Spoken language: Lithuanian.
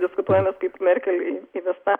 diskutuojama kaip merkeliui įvesta